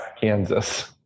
Kansas